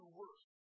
worse